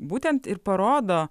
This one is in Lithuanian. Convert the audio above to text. būtent ir parodo